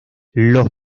los